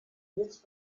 jetzt